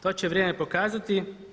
To će vrijeme pokazati.